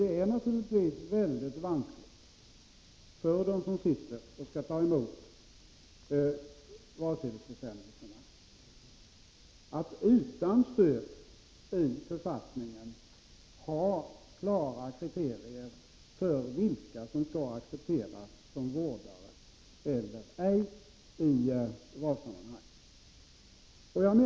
Det är naturligtvis vanskligt för dem som skall ta emot valsedelsförsändelserna att utan stöd i författningen ha klara kriterier för vilka som skall accepteras som vårdare i valsammanhang.